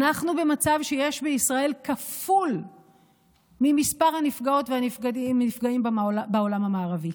אנחנו במצב שיש בישראל כפול ממספר הנפגעות והנפגעים בעולם המערבי.